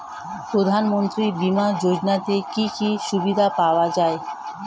প্রধানমন্ত্রী বিমা যোজনাতে কি কি সুবিধা পাওয়া যায়?